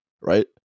right